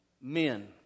men